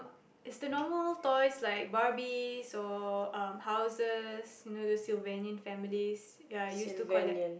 is the normal toys like barbies or um houses you know those Sylvanian families ya I used to collect